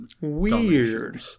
Weird